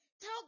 Tell